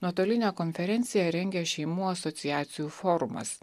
nuotolinę konferenciją rengia šeimų asociacijų forumas